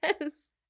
Yes